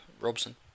Robson